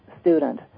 student